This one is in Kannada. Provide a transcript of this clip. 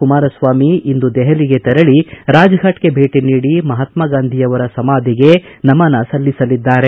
ಕುಮಾರಸ್ವಾಮಿ ಇಂದು ದೆಪಲಿಗೆ ತೆರಳಿ ರಾಜಘಾಟ್ಗೆ ಭೇಟಿ ನೀಡಿ ಮಹಾತಗಾಂಧಿ ಅವರ ಸಮಾಧಿಗೆ ನಮನ ಸಲ್ಲಿಸಲಿದ್ದಾರೆ